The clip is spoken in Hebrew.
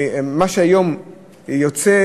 מה שהיום יוצא,